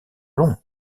long